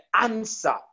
answer